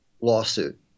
lawsuit